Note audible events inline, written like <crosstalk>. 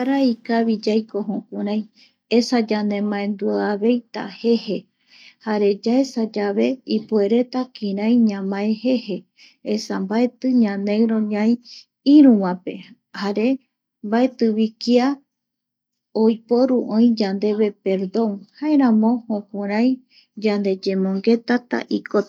Ngara ikavi <noise> yaikojukurai, <noise> esa <noise> yande mbaendua <noise> aveita jeje <noise> esa yaesayave <noise> ipuereta kirai ñamae je je, esa mbaeti <noise> ñaneiro ñai iru vape <noise> jare mbaeti vi kia oiporu oi <noise> yandeve perdon jaeramo jukurai yandeyemongetata ikoti